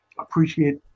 appreciate